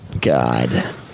God